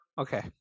okay